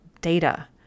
data